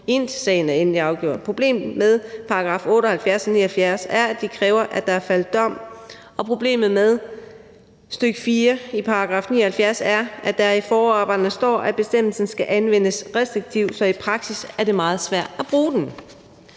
indtil sagen er endeligt afgjort. Problemet med § 78 og 79 er, at de kræver, at der er faldet dom, og problemet med stk. 4 i § 79 er, at der i forarbejderne står, at bestemmelsen skal anvendes restriktivt, så det i praksis er meget svært at bruge den.